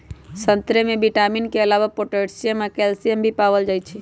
संतरे में विटामिन के अलावे पोटासियम आ कैल्सियम भी पाएल जाई छई